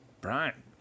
Brian